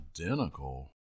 identical